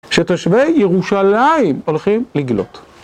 שתושבי ירושלים הולכים לגלות.